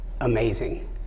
amazing